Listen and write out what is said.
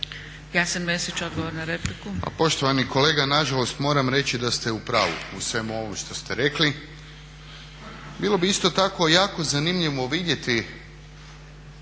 Ivan Šuker, odgovor na repliku.